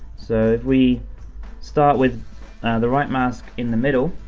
so, we start with the right mask in the middle,